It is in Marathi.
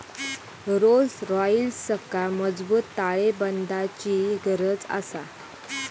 रोल्स रॉइसका मजबूत ताळेबंदाची गरज आसा